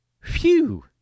Phew